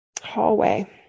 hallway